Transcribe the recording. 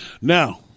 now